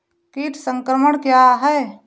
कीट संक्रमण क्या है?